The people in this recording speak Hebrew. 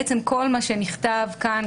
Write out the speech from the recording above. בעצם כל מה שנכתב כאן,